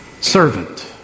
servant